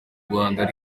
rwanda